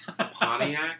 Pontiac